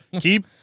Keep